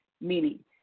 meaning